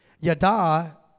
yada